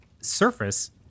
surface